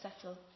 settle